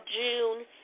June